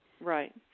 Right